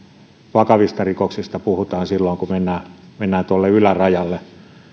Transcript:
vakavista rikoksista puhutaan silloin kun mennään mennään tuolle ylärajalle